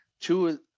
two